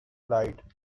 light